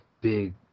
big